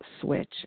switch